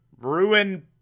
ruin